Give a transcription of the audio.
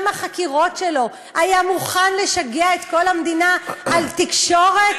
מהחקירות שלו היה מוכן לשגע את כל המדינה על תקשורת,